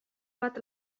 bat